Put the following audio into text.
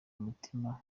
umutima